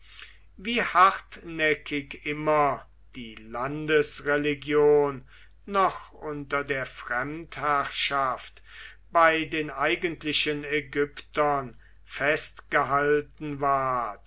wie hartnäckig immer die landesreligion noch unter der fremdherrschaft bei den eigentlichen ägyptern festgehalten ward